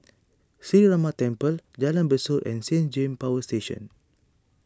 Sree Ramar Temple Jalan Besut and Saint James Power Station